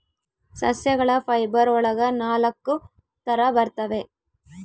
ಸಸ್ಯಗಳ ಫೈಬರ್ ಒಳಗ ನಾಲಕ್ಕು ತರ ಬರ್ತವೆ